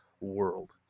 world